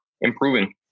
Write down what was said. improving